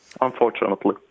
unfortunately